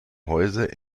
häuser